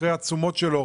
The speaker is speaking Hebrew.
אחרי התשומות שלו,